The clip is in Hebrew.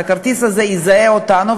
הכרטיס הזה יזהה אותנו,